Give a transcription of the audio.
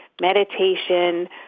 meditation